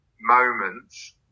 moments